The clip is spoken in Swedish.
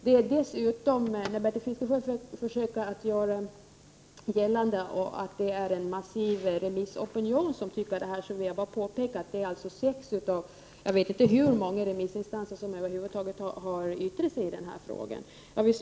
När Bertil Fiskesjö försöker göra gällande att det är en massiv remissopi Prot. 1988/89:41 nion som tycker som han, vill jag påpeka att det är sex av jag vet inte hur 8 december 1988 många remissinstanser som över huvud taget har yttrat sig i frågan. Herr talman!